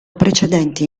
precedenti